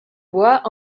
bois